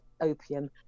opium